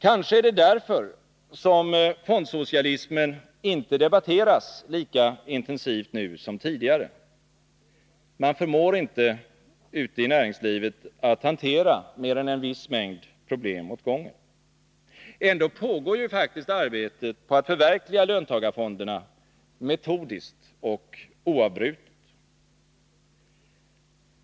Kanske är det därför som fondsocialismen inte debatteras lika intensivt nu som tidigare — man förmår inte ute i näringslivet att hantera mer än en viss mängd problem åt gången. Ändå pågår ju arbetet på att förverkliga löntagarfonderna metodiskt och oavbrutet.